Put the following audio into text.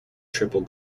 triple